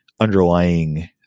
underlying